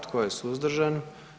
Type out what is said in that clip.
Tko je suzdržan?